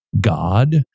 God